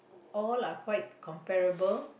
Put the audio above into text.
all are quite comparable